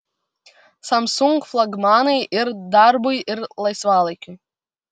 samsung flagmanai ir darbui ir laisvalaikiui